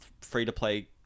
free-to-play